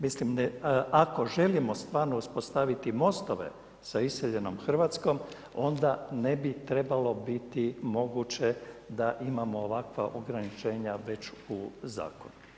Mislim ako želimo stvarno uspostaviti mostove sa iseljenom Hrvatskom onda ne bi trebalo biti moguće da imamo ovakva ograničenja već u zakonu.